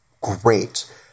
great